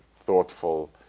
thoughtful